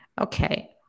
okay